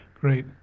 Great